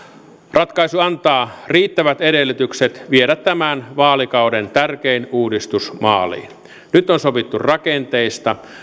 ratkaisu antaa riittävät edellytykset viedä tämän vaalikauden tärkein uudistus maaliin nyt on sovittu rakenteista